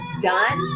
done